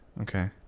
Okay